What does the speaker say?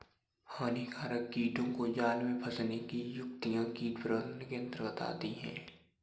हानिकारक कीटों को जाल में फंसने की युक्तियां कीट प्रबंधन के अंतर्गत आती है